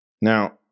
Now